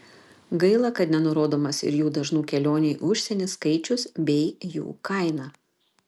gaila kad nenurodomas ir jų dažnų kelionių į užsienį skaičius bei jų kaina